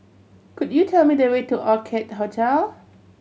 could you tell me the way to Orchid Hotel